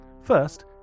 First